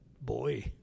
boy